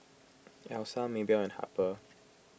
Elsa Maebell and Harper